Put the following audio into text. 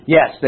Yes